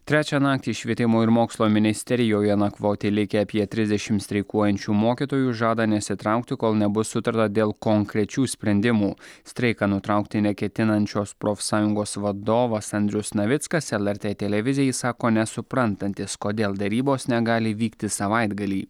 trečią naktį švietimo ir mokslo ministerijoje nakvoti likę apie trisdešimt streikuojančių mokytojų žada nesitraukti kol nebus sutarta dėl konkrečių sprendimų streiką nutraukti neketinančios profsąjungos vadovas andrius navickas lrt televizijai sako nesuprantantis kodėl derybos negali vykti savaitgalį